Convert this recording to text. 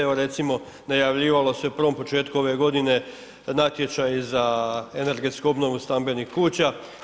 Evo, recimo, najavljivalo se prvom početkom ove godine, natječaj za energetsku obnovu stambenih kuća.